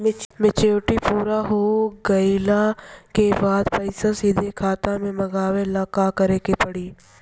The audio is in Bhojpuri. मेचूरिटि पूरा हो गइला के बाद पईसा सीधे खाता में मँगवाए ला का करे के पड़ी?